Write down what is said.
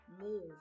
move